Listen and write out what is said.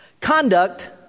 Conduct